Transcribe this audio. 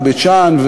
בית-שאן,